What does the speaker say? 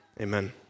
Amen